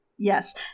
Yes